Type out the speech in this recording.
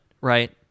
right